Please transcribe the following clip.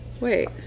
Wait